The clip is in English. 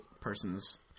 person's